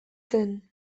zen